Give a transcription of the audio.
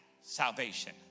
salvation